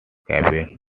cabinet